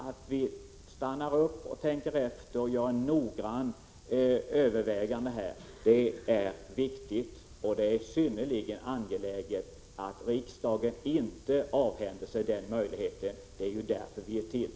Att vi stannar upp och tänker efter och gör ett noggrant slutligt övervägande är viktigt, och det är synnerligen angeläget att riksdagen inte avhänder sig den möjligheten. Det är ju därför vi är till.